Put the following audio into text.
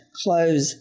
close